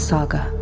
Saga